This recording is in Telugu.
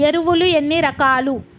ఎరువులు ఎన్ని రకాలు?